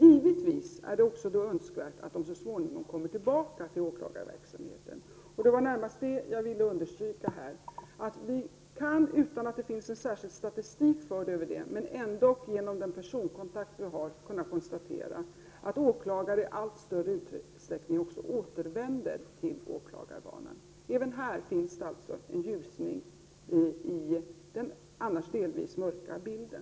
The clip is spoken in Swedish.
Givetvis är det också önskvärt att de så småningom kommer tillbaka till åklagarverksamheten. Jag vill här närmast understryka att vi kan, utan att det finns särskild statistik över det, men ändock genom den personkontakt vi har, konstatera att åklagare i allt större utsträckning återvänder till åklagarbanan. Även här finns det alltså en ljusning i den annars delvis mörka bilden.